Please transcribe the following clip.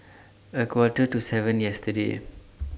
A Quarter to seven yesterday